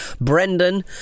Brendan